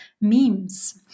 memes